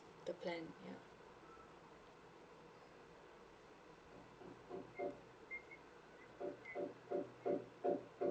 the plan